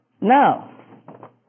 Now